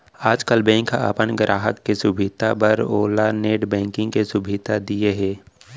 आजकाल बेंक ह अपन गराहक के सुभीता बर ओला नेट बेंकिंग के सुभीता दिये हे